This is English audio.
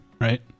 right